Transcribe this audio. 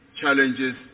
challenges